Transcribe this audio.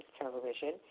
television